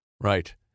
Right